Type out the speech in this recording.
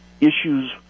issues